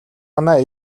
манай